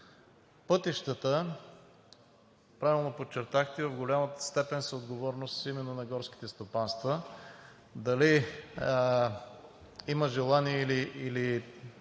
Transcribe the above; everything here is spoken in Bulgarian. Пътищата, правилно подчертахте, в голяма степен са отговорност именно на горските стопанства. Дали има желание, или